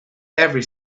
every